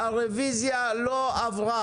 הרביזיות לא עברו.